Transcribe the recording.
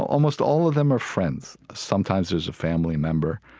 almost all of them are friends. sometimes there's a family member,